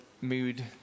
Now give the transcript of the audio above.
Mood